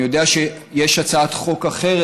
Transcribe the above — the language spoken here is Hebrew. אני יודע שיש הצעת חוק אחרת,